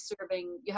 serving